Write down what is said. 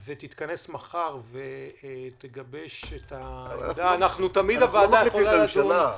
תתכנס מחר ותגבש את העמדה --- אנחנו לא מחליפים את הממשלה.